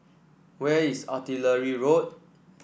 where is Artillery Road